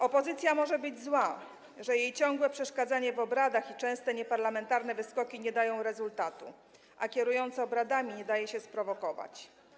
Opozycja może być zła, że jej ciągłe przeszkadzanie w obradach i częste nieparlamentarne wyskoki nie dają rezultatu, a kierujący obradami nie daje się sprowokować.